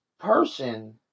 person